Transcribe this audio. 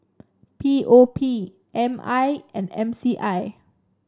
P O P M I and M C I